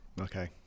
Okay